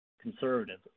conservative